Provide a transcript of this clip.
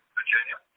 Virginia